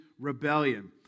rebellion